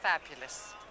fabulous